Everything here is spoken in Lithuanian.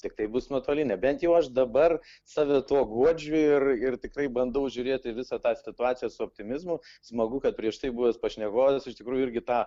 tiktai bus nuotolinė bent jau aš dabar save tuo guodžiu ir ir tikrai bandau žiūrėt į visą tą situaciją su optimizmu smagu kad prieš tai buvęs pašnekovas iš tikrųjų irgi tą